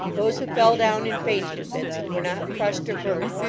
those who fell down in fainting-fits, and were not crushed or burnt,